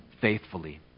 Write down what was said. faithfully